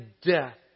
death